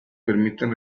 permiten